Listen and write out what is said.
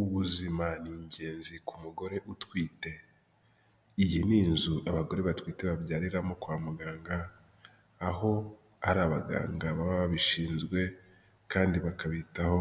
Ubuzima ni ingenzi ku mugore utwite. Iyi ni inzu abagore batwite babyariramo kwa muganga, aho ari abaganga baba babishinzwe kandi bakabitaho